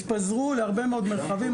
התפזרו להרבה מאוד מרחבים.